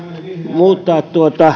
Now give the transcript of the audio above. muuttaa